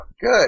Good